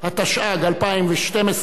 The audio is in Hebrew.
התשע"ג 2012,